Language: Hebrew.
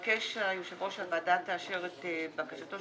מבקש יושב-הראש שהוועדה תאשר את בקשתו,